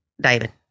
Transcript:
David